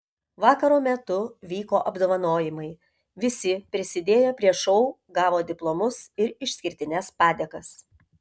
vakaro metu vyko apdovanojimai visi prisidėję prie šou gavo diplomus ir išskirtines padėkas